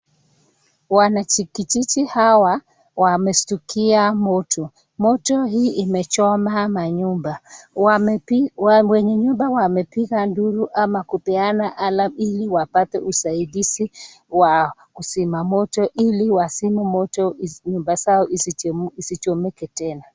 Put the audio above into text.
Wanakijiji hawa wameshtukia moto. Moto hii imechoma manyumba. Wenye nyumba wamepiga nduru ama kupeana alarm ili wapate usaidizi wa kuzima moto, ili moto nyumba zao zisichomeke tena.